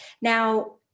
Now